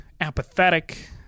apathetic